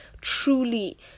truly